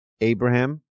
Abraham